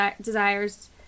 desires